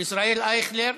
ישראל אייכלר,